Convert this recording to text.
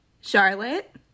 Charlotte